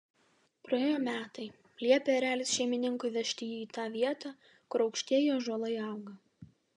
praėjo metai liepė erelis šeimininkui vežti jį į tą vietą kur aukštieji ąžuolai auga